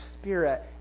Spirit